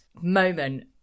moment